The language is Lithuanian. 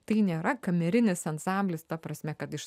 tai nėra kamerinis ansamblis ta prasme kad iš